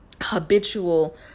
habitual